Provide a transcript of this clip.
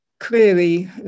Clearly